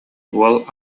уол